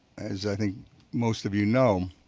as i think most of you know,